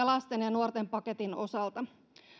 lasten ja nuorten paketin osalta